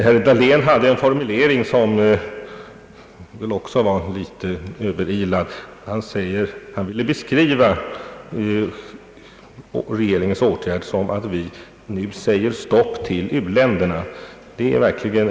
Herr Dahlén hade i sitt anförande en formulering som också var litet överilad. Han ville beskriva regeringens åtgärder som att vi nu skulle säga stopp till handeln med u-länderna.